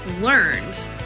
learned